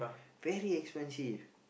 very expensive